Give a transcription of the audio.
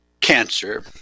cancer